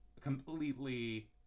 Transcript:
completely